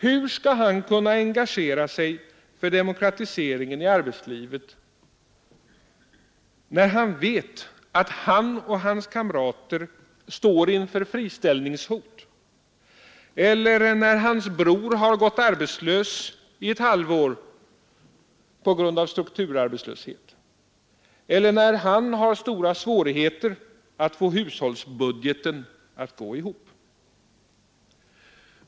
Hur skall han kunna engagera sig för demokratiseringen i arbetslivet när han vet att han och hans kamrater står inför friställningshot, när hans bror har gått arbetslös i ett halvår på grund av strukturarbetslöshet eller när han har stora svårigheter att få hushållsbudgeten att gå ihop?